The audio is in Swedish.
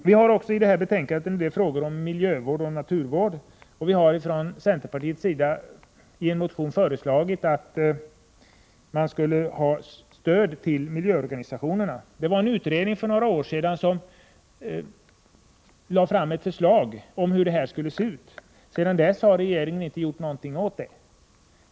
Det finns också i betänkandet en del frågor om miljövård och naturvård. Från centerpartiets sida har vi i en motion föreslagit stöd till miljöorganisationerna. En utredning för några år sedan lade fram förslag om hur detta skulle se ut. Sedan dess har regeringen inte gjort någonting.